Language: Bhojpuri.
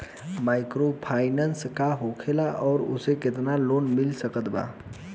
माइक्रोफाइनन्स का होखेला और ओसे केतना लोन मिल सकत बा?